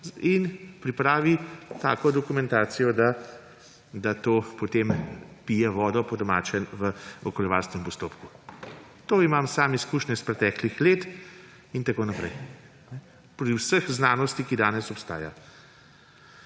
in pripravijo tako dokumentacijo, da to potem pije vodo, po domače, v okoljevarstvenem postopku. S tem imam sam izkušnje iz preteklih let in tako naprej. Pri vsej znanosti, ki danes obstaja.